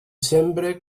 sembra